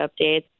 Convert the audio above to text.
updates